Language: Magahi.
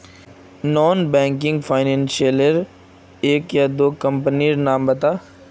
नॉन बैंकिंग फाइनेंशियल लेर कोई एक या दो कंपनी नीर नाम बता?